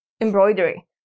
embroidery